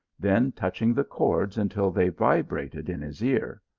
then touching the chords until they vibra ted in his ear,